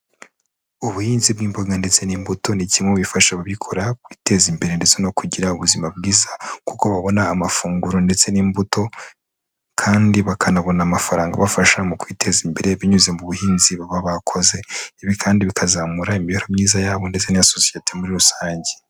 Ubuhinzi bw'imboga ndetse n'imbuto, ni kimwe mu bifasha ababikora kwiteza imbere ndetse no kugira ubuzima bwiza, kuko babona amafunguro ndetse n'imbuto, kandi bakanabona amafaranga abafasha mu kwiteza imbere, binyuze mu buhinzi baba bakoze, ibi kandi bikazamura imibereho myiza yabo ndetse n'iya sosiyete muri rusange.